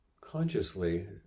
consciously